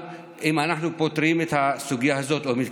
אני תכף אתן לך דוגמה שהיא לא שם, בסדר?